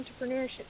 entrepreneurship